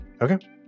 Okay